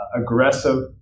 aggressive